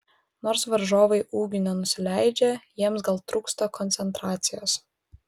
nors varžovai ūgiu nenusileidžia jiems gal trūksta koncentracijos